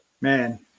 Man